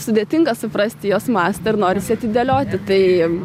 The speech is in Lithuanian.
sudėtinga suprasti jos mastą ir norisi atidėlioti tai